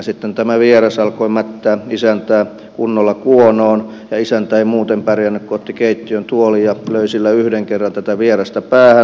sitten tämä vieras alkoi mättää isäntää kunnolla kuonoon ja kun isäntä ei muuten pärjännyt niin otti keittiön tuolin ja löi sillä yhden kerran tätä vierasta päähän